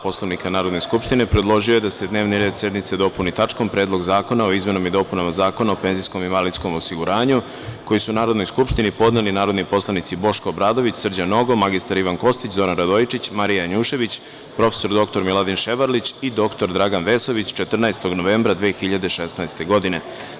Poslovnika Narodne skupštine, predložio je da se dnevni red sednice dopuni tačkom – Predlog zakona o izmenama i dopunama Zakona o penzijsko i invalidskom osiguranju, koji su Narodnoj skupštini podneli narodni poslanici Boško Obradović, Srđan Nogo, mr Ivan Kostić, Zoran Radojičić, Marija Janjušević, prof. dr Miladin Ševarlić i dr Dragan Vesović 14. novembra 2016. godine.